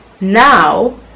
Now